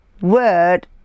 word